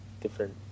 different